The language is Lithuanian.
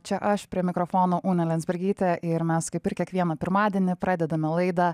čia aš prie mikrofono unė liandzbergytė ir mes kaip ir kiekvieną pirmadienį pradedame laidą